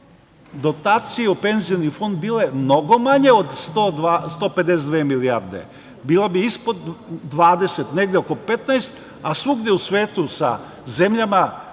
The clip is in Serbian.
bi dotacije u Penzioni fond bile mnogo manje od 152 milijarde, bile bi ispod 20, negde oko 15, a svugde u svetu sa zemljama